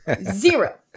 zero